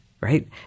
right